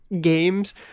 games